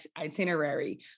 itinerary